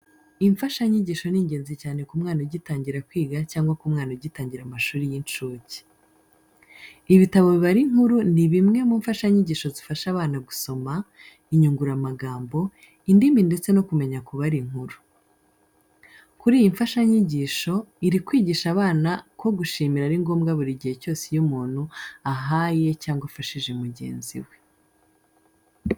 Imfashanyigisho ni ingenzi cyane ku mwana ugitangira kwiga cyangwa ku mwana ugitangira amashuri y'inshuke. Ibitabo bibara inkuru ni bimwe mu mfashanyigisho zifasha abana gusoma, inyunguramagambo, indimi ndetse no kumenya kubara inkuru. Kuri iyi mfashanyigisho iri kwigisha abana ko gushimira ari ngombwa buri gihe cyose iyo umuntu ahaye cyangwa afashije mugenzi we.